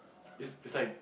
is is like